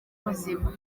buzima